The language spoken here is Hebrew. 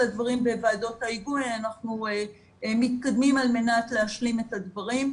הדברים בוועדות ההיגוי אנחנו מתקדמים על מנת להשלים את הדברים,